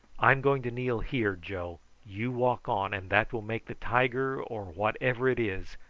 i'm going to kneel here, joe you walk on, and that will make the tiger, or whatever it is,